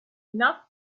enough